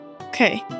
Okay